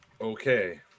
Okay